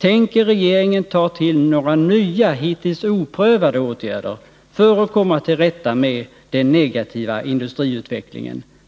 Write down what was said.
Tänker regeringen ta till några nya, hittills oprövade åtgärder för att komma till rätta med —